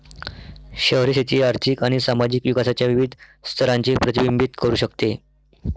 शहरी शेती आर्थिक आणि सामाजिक विकासाच्या विविध स्तरांचे प्रतिबिंबित करू शकते